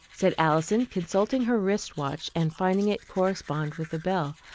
said alison, consulting her wrist watch and finding it correspond with the bell.